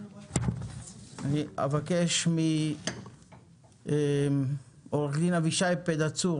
אני אבקש מעורך דין אבישי פדהצור,